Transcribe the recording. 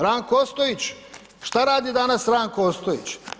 Ranko Ostojić, šta radi danas Ranko Ostojić?